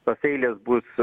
tos eilės bus